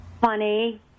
funny